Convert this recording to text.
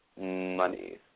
money